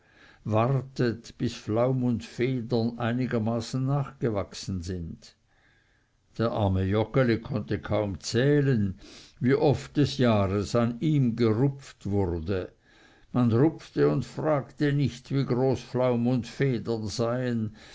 wartet bis flaum und federn einigermaßen nachgewachsen sind der arme joggeli konnte kaum zählen wie oft des jahres an ihm gerupft wurde man rupfte und fragte nicht wie groß flaum und federn seien